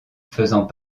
faisant